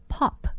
Pop